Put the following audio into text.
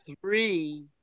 three